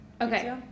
Okay